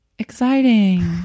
exciting